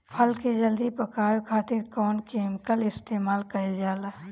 फल के जल्दी पकावे खातिर कौन केमिकल इस्तेमाल कईल जाला?